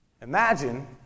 Imagine